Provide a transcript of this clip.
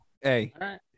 hey